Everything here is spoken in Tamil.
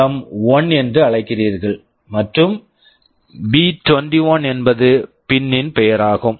எம்1 PWM1 என்று அழைக்கிறீர்கள் மற்றும் பி21 p21 என்பது பின் pin ன் பெயர் ஆகும்